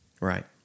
Right